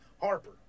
Harper